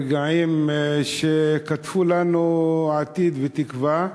רגעים שקטפו לנו עתיד ותקווה?